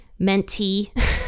mentee